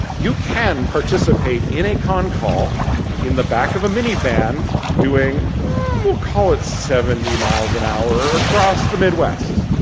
you can participate in a con call in the back of a mini-van doing, ummm will call it seventy miles an hour across the mid-west.